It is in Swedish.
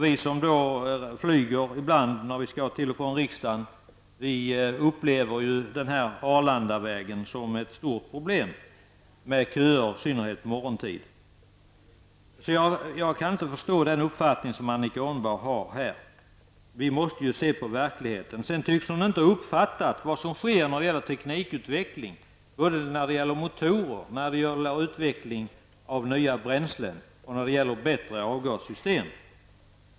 Vi som flyger för att komma till och från riksdagen upplever Arlandavägen som ett stort problem med köer i synnerhet på morgonen. Jag kan inte förstå den uppfattning som Annika Åhnberg har. Vi måste se till verkligheten. Sedan tycks inte Annika Åhnberg uppfatta vad som sker när det gäller teknikutveckling, både när det gäller motorer, när det gäller utveckling av nya bränslen och när det gäller bättre avgassystem.